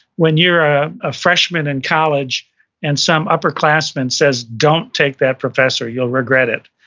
when you're a ah freshman in college and some upper classmen says, don't take that professor. you'll regret it.